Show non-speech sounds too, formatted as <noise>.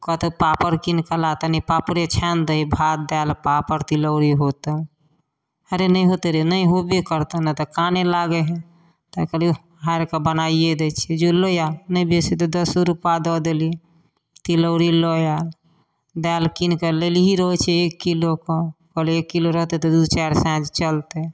कहतै पापड़ कीन कऽ ला तनी पापड़े छानि दही भात दालि पापड़ तिलौरी होतै अरे नहि होतय रे नहि होबे करतौ नहि तऽ काने लागै है तऽ कहली ओह हारि कऽ बनाइये दै छियै जो लऽ आ नहि बेसी तऽ दसो रूपा दऽ देली तिलौरी लऽ आयल दालि कीन कऽ लेलही <unintelligible> छै एक किलो कऽ कहलियै एक किलो रहतै तऽ दू चारि साँझ चलतै